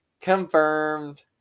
confirmed